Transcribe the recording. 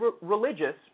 religious